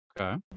Okay